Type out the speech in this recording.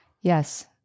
Yes